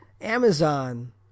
Amazon